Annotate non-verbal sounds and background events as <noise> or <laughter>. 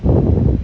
<noise>